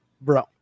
Bro